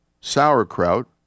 sauerkraut